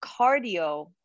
cardio